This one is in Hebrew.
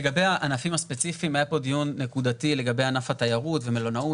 אז לגבי הענפים הספציפיים היה פה דיון נקודתי לגבי ענף התיירות ומלונאות